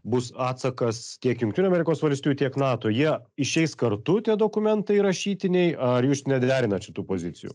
bus atsakas tiek jungtinių amerikos valstijų tiek nato jie išeis kartu tie dokumentai rašytiniai ar jūs nederinat šitų pozicijų